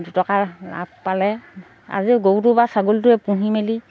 দুটকা লাভ পালে আজিও গৰুটো বা ছাগলটোৱে পুহি মেলি